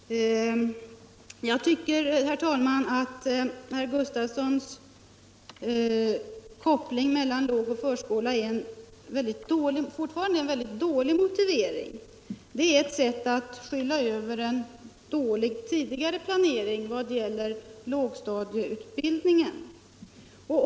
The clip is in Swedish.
Herr talman! Jag tycker fortfarande att den koppling som herr Gustafsson i Barkarby gör mellan lågstadium och förskola är en dålig motivering. Det är ett sätt att skyla över en bristfällig planering vad gäller lågstadielärarutbildningen.